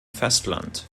festland